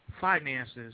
finances